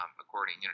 according